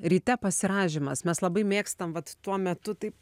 ryte pasirąžymas mes labai mėgstam vat tuo metu taip